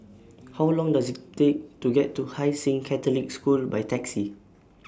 How Long Does IT Take to get to Hai Sing Catholic School By Taxi